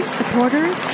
supporters